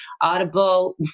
Audible